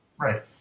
Right